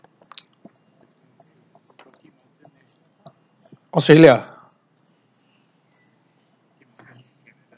australia